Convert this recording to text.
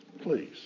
Please